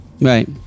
right